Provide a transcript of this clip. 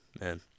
man